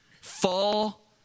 fall